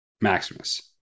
Maximus